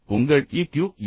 உங்கள் ஈக்யூ என்ன